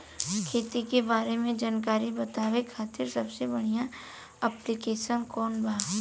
खेती के बारे में जानकारी बतावे खातिर सबसे बढ़िया ऐप्लिकेशन कौन बा?